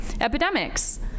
Epidemics